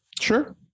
sure